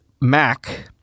Mac